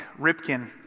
Ripkin